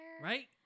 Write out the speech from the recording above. Right